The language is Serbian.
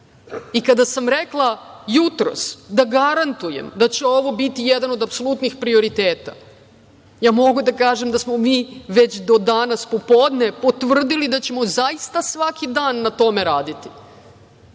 sam rekla jutros da garantujem da će ovo biti jedan od apsolutnih prioriteta, ja mogu da kažem da smo mi već do danas popodne potvrdili da ćemo zaista svaki dan na tome raditi.